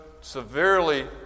severely